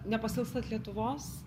nepasiilgstat lietuvos